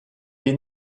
est